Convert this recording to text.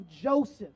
Joseph